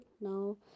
now